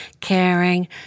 caring